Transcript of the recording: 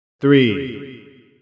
three